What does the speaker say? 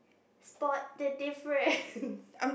spot the difference